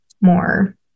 more